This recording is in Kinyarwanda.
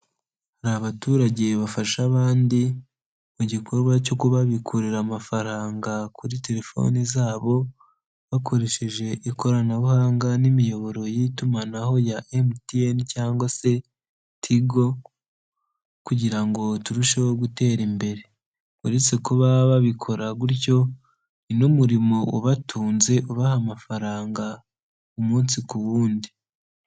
Hari abaturage bafasha abandi mu gikorwa cyo kubabikurira amafaranga kuri telefoni zabo bakoresheje ikoranabuhanga n'imiyoboro y'itumanaho ya Mtn cyangwa se Tigo kugira ngo turusheho gutera imbere, uretse kuba babikora gutyo ni n'umurimo ubatunze ubaha amafaranga umunsi ku wundi.